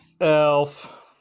Elf